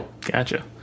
gotcha